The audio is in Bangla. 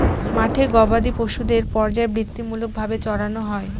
মাঠে গোবাদি পশুদের পর্যায়বৃত্তিমূলক ভাবে চড়ানো হয়